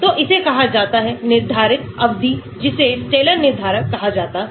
तो इसे कहा जाता हैनिर्धारित अवधि जिसे स्लेटर निर्धारक कहा जाता है